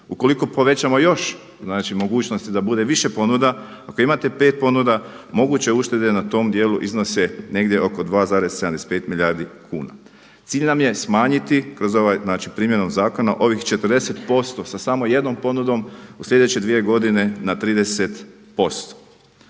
Ukoliko povećamo još mogućnosti da bude više ponuda, ako imate pet ponuda moguće uštede na tom dijelu iznose negdje oko 2,75 milijardi kuna. Cilj nam je smanjiti kroz primjenu zakona ovih 40% sa samo jednom ponudom u sljedeće dvije godine na 30%.